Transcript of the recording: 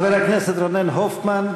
חבר הכנסת רונן הופמן,